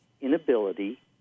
inability